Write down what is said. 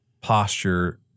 posture